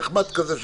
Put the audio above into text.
נחמד כזה,